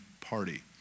party